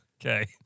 Okay